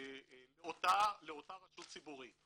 לאותה רשות ציבורית.